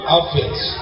outfits